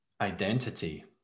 identity